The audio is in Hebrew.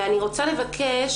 אני רוצה לבקש